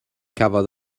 cafodd